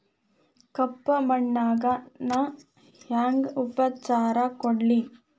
ಕಪ್ಪ ಮಣ್ಣಿಗ ನಾ ಹೆಂಗ್ ಉಪಚಾರ ಕೊಡ್ಲಿ?